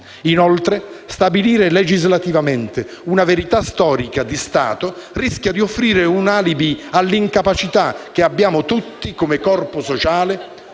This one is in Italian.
Inoltre, stabilire legislativamente una verità storica di Stato rischia di offrire un alibi all'incapacità che abbiamo tutti come corpo sociale,